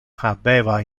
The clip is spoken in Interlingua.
habeva